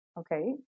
Okay